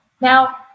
Now